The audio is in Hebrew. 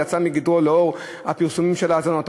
יצא מגדרו אחרי הפרסומים של ההאזנות,